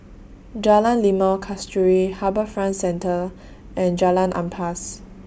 Jalan Limau Kasturi HarbourFront Centre and Jalan Ampas